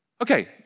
Okay